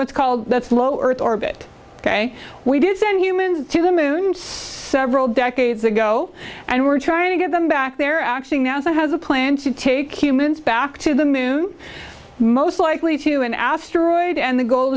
what's called that's low earth orbit ok we did send humans to the moon several decades ago and we're trying to get them back there actually nasa has a plan to take humans back to the moon most likely to an asteroid and the goal